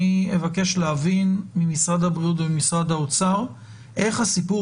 אני אבקש להבין ממשרד הבריאות ומשרד האוצר איך הסיפור